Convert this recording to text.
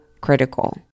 critical